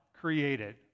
created